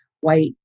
white